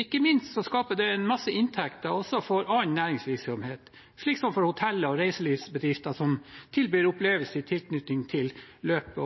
Ikke minst skaper det en masse inntekter også for annen næringsvirksomhet, som for hoteller og reiselivsbedrifter som tilbyr opplevelser i tilknytning til løp,